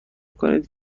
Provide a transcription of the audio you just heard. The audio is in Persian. کنید